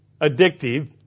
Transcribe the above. addictive